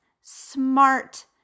smart